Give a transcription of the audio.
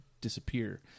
disappear